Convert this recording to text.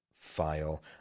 file